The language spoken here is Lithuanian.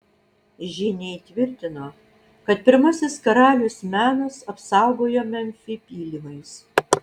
žyniai tvirtino kad pirmasis karalius menas apsaugojo memfį pylimais